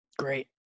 Great